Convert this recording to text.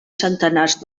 centenars